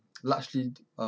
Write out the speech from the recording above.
largely um